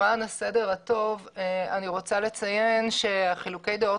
למען הסדר הטוב אני רוצה לציין שחילוקי הדעות